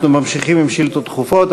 אנחנו ממשיכים בשאילתות דחופות.